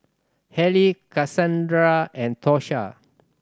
Haley Casandra and Tosha